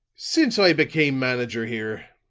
since i became manager here,